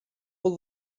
will